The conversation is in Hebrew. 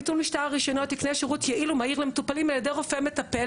ביטול משטר הרשיונות יקנה שירות יעיל ומהיר למטופלים על-ידי רופא מטפל,